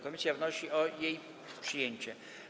Komisja wnosi o jej przyjęcie.